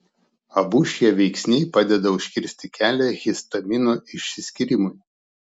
abu šie veiksniai padeda užkirsti kelią histamino išsiskyrimui